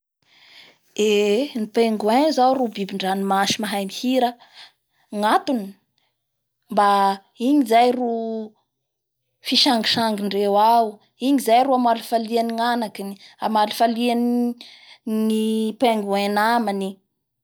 Eee! Ny pingoin zao no biby ndranomasy mahay mihira. Gnatony mba igny zay ro fisangisangindreo ao, igny zay ro amalifalia ny anakiny amalifaoliany n- pingoin namany.